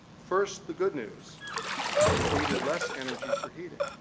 first, the good news we've needed less energy for heating.